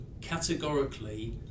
categorically